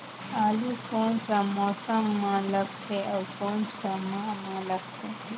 आलू कोन सा मौसम मां लगथे अउ कोन सा माह मां लगथे?